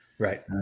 Right